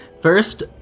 First